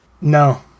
No